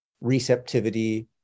receptivity